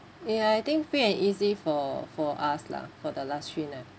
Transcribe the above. ya I think free and easy for for us lah for the last three nights